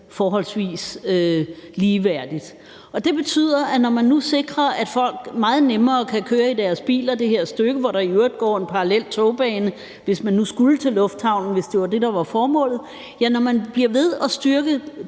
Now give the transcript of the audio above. forholdsvis ligeværdigt. Det betyder, at når man nu sikrer, at folk meget nemmere kan køre i deres biler på det her stykke, hvor der i øvrigt er en parallel togbane, hvis formålet var, at man skulle til lufthavnen, altså når man bliver ved med at styrke